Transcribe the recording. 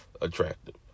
attractive